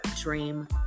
dream